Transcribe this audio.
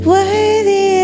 Worthy